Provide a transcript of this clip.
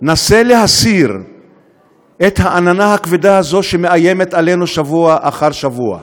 נסה להסיר את העננה הכבדה הזו שמאיימת עלינו שבוע אחר שבוע.